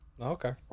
Okay